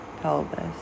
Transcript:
pelvis